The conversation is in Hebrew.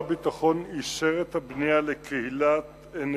שר הביטחון אישר את הבנייה לקהילת נצרים,